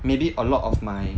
maybe a lot of my